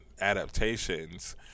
adaptations